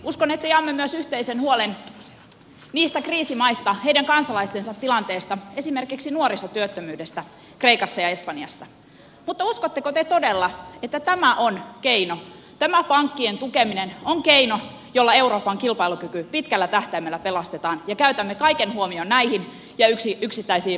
uskon että jaamme myös yhteisen huolen niistä kriisimaista heidän kansalaistensa tilanteesta esimerkiksi nuorisotyöttömyydestä kreikassa ja espanjassa mutta uskotteko te todella että tämä pankkien tukeminen on keino jolla euroopan kilpailukyky pitkällä tähtäimellä pelastetaan ja käytämme kaiken huomion tähän ja yksittäisiin vakuuskeskusteluihin